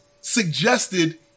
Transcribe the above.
suggested